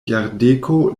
jardeko